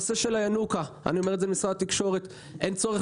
בנושא של הינוקא אני אומר את זה למשרד התקשורת אין צורך